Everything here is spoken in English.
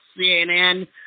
CNN